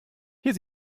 hier